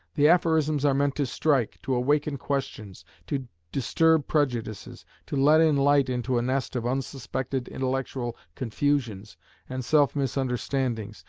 the aphorisms are meant to strike, to awaken questions, to disturb prejudices, to let in light into a nest of unsuspected intellectual confusions and self-misunderstandings,